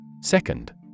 Second